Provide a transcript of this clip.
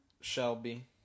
Shelby